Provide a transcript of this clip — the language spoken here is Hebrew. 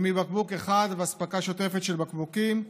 ומבקבוק אחד לאספקה שוטפת של בקבוקים.